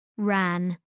Ran